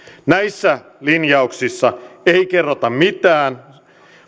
näissä linjauksissa ei ei kerrota mitään